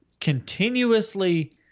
continuously